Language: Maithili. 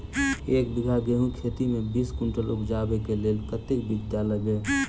एक बीघा गेंहूँ खेती मे बीस कुनटल उपजाबै केँ लेल कतेक बीज डालबै?